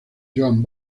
joan